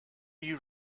you